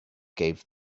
gave